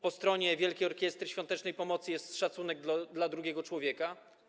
Po stronie Wielkiej Orkiestry Świątecznej Pomocy jest szacunek dla drugiego człowieka.